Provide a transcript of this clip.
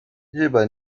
日本